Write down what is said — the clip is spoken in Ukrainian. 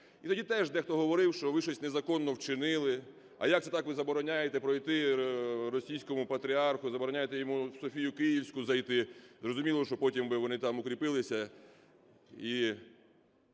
І тоді теж дехто говорив, що ви щось незаконно вчинили. А як це так, що ви забороняєте пройти російському патріарху, забороняєте йому в Софію Київську зайти? Зрозуміло, що потім би вони там укріпилися